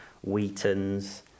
Wheaton's